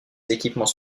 équipements